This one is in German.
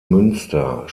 münster